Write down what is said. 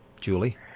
Julie